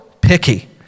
picky